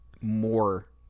more